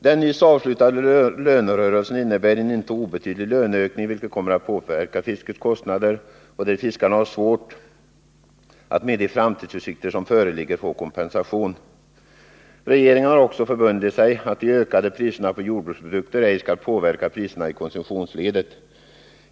Den nyss avslutade lönerörelsen innebär en inte obetydlig löneökning, vilket kommer att påverka fiskets kostnader. Med de framtidsutsikter som föreligger har fiskarna svårt att få kompensation för detta. Regeringen har förbundit sig att inte låta de ökade priserna på jordbruksprodukter påverka priserna i konsumtionsledet.